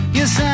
Yes